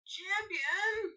Champion